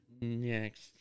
Next